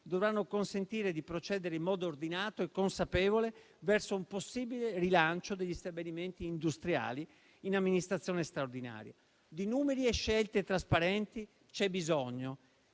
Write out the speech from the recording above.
dovranno consentire di procedere in modo ordinato e consapevole verso un possibile rilancio degli stabilimenti industriali in amministrazione straordinaria. Di numeri e scelte trasparenti c'è bisogno.